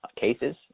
cases